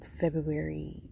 February